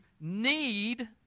need